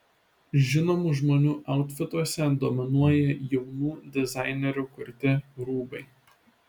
žinomų žmonių autfituose dominuoja jaunų dizainerių kurti rūbai